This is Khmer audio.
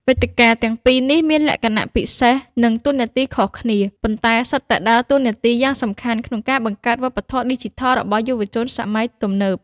វេទិកាទាំងពីរនេះមានលក្ខណៈពិសេស និងតួនាទីខុសគ្នា ប៉ុន្តែសុទ្ធតែដើរតួនាទីយ៉ាងសំខាន់ក្នុងការបង្កើតវប្បធម៌ឌីជីថលរបស់យុវជនសម័យទំនើប។